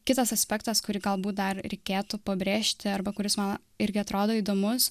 kitas aspektas kurį galbūt dar reikėtų pabrėžti arba kuris man irgi atrodo įdomus